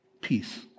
peace